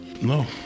No